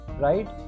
right